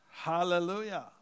Hallelujah